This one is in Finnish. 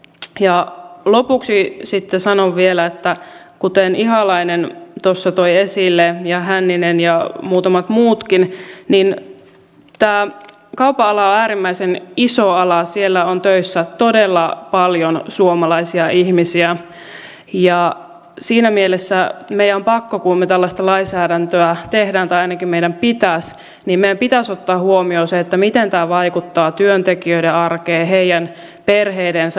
ja lopuksi sitten sanon vielä että kuten ihalainen tuossa toi esille ja hänninen ja muutamat muutkin tämä kaupan ala on äärimmäisen iso ala siellä on töissä todella paljon suomalaisia ihmisiä ja siinä mielessä meidän on pakko tai ainakin meidän pitäisi kun me tällaista lainsäädäntöä teemme ottaa huomioon se miten tämä vaikuttaa työntekijöiden arkeen heidän perheidensä arkeen